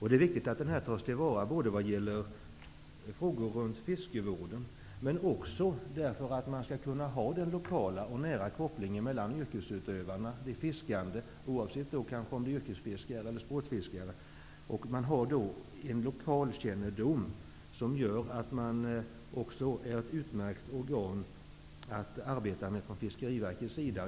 Det är viktigt att den tas till vara vad gäller frågor runt fiskevården, och för att man skall kunna ha den lokala och nära kopplingen mellan yrkesutövarna, dvs. de fiskande, oavsett om de är yrkesfiskare eller sportfiskare. Man har där en lokalkännedom som gör att man också är ett utmärkt organ att arbeta med från Fiskeriverkets sida.